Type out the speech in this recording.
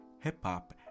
hip-hop